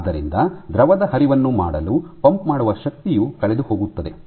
ಆದ್ದರಿಂದ ದ್ರವದ ಹರಿವನ್ನು ಮಾಡಲು ಪಂಪ್ ಮಾಡುವ ಶಕ್ತಿಯು ಕಳೆದುಹೋಗುತ್ತದೆ